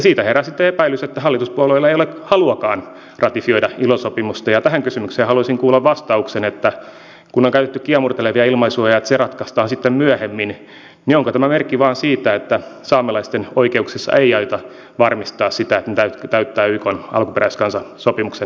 siitä herää sitten epäilys että hallituspuolueilla ei ole haluakaan ratifioida ilo sopimusta ja tähän kysymykseen haluaisin kuulla vastauksen että kun on käytetty kiemurtelevia ilmaisuja että se ratkaistaan sitten myöhemmin niin onko tämä merkki vain siitä että saamelaisten oikeuksissa ei aiota varmistaa sitä että ne täyttävät ykn alkuperäiskansan sopimuksen vaatimuksen